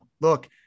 Look